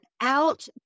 out